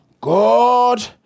God